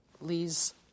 Lee's